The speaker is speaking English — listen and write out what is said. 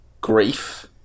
grief